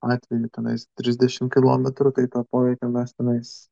atveju tenais trisdešim kilometrų tai to poveikio mes tenais